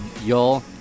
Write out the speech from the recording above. Y'all